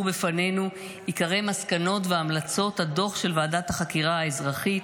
בפנינו עיקרי מסקנות והמלצות הדוח של ועדת החקירה האזרחית,